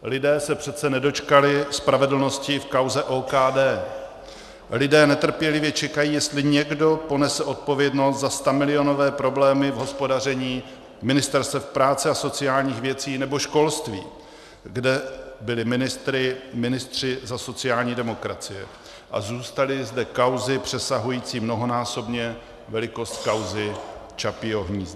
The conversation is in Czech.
Lidé se přece nedočkali spravedlnosti v kauze OKD, lidé netrpělivě čekají, jestli někdo ponese odpovědnost za stamilionové problémy v hospodaření ministerstev práce a sociálních věcí nebo školství, kde byli ministry ministři ze sociální demokracie a zůstaly zde kauzy přesahující mnohonásobně velikost kauzy Čapího hnízda.